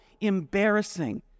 embarrassing